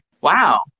Wow